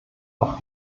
auch